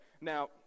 Now